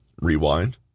Rewind